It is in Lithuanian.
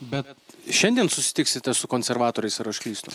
bet šiandien susitiksite su konservatoriais ar aš klystu